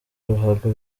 ruhago